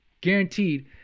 guaranteed